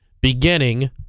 beginning